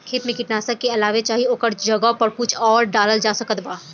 खेत मे कीटनाशक के अलावे चाहे ओकरा जगह पर कुछ आउर डालल जा सकत बा?